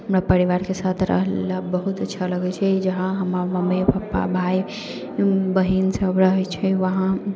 हमरा परिवारके साथ रहला बहुत अच्छा लगै छै जहाँ हमर मम्मी पापा भाइ बहिनसब रहै छै वहाँ